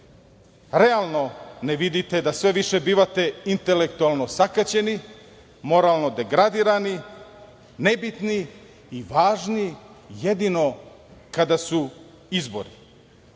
Realno ne vidite da sve više bivate intelektualno osakaćeni, moralno degradirani, nebitni i važni jedino kada su izbori